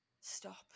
stop